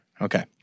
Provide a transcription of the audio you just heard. okay